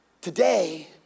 Today